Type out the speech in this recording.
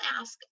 ask